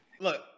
Look